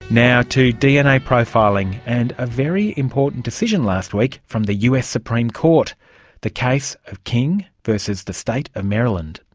now to dna profiling, and a very important decision last week from the us supreme court the case of king versus the state of maryland.